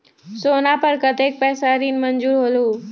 सोना पर कतेक पैसा ऋण मंजूर होलहु?